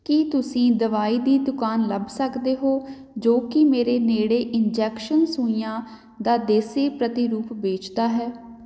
ਕੀ ਤੁਸੀਂ ਦਵਾਈ ਦੀ ਦੁਕਾਨ ਲੱਭ ਸਕਦੇ ਹੋ ਜੋ ਕਿ ਮੇਰੇ ਨੇੜੇ ਇੰਜੈਕਸ਼ਨ ਸੂਈਆਂ ਦਾ ਦੇਸੀ ਪ੍ਰਤੀਰੂਪ ਵੇਚਦਾ ਹੈ